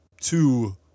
two